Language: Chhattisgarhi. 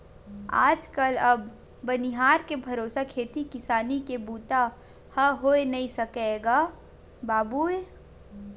आज कल अब बनिहार के भरोसा खेती किसानी के बूता ह होय नइ सकय गा बाबूय